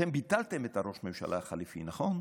אתם ביטלת את ראש הממשלה החלופי, נכון?